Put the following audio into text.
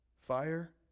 Fire